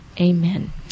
Amen